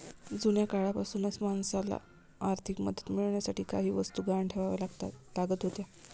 जुन्या काळापासूनच माणसाला आर्थिक मदत मिळवण्यासाठी काही वस्तू गहाण ठेवाव्या लागत होत्या